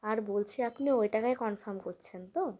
আর বলছি আপনি ওই টাকায় কনফার্ম করছেন তো